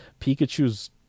Pikachu's